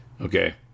okay